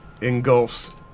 engulfs